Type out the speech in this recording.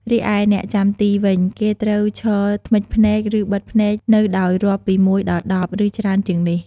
រីឯអ្នកចាំទីវិញ គេត្រូវឈរធ្មិចភ្នែក ឬ បិទភ្នែកនៅដោយរាប់ពីមួយដល់ដប់ ឬ ច្រើនជាងនេះ។